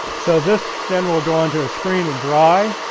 so this then will go onto a screen and dry